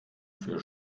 für